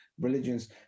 religions